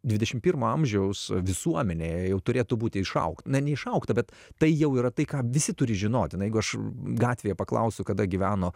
dvidešimt pirmo amžiaus visuomenėje jau turėtų būti išaugta neišaugta bet tai jau yra tai ką visi turi žinoti jeigu aš gatvėje paklausiu kada gyveno